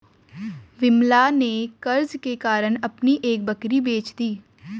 विमला ने कर्ज के कारण अपनी एक बकरी बेच दी